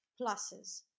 pluses